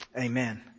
Amen